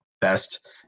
best